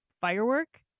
Firework